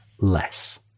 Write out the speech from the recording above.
less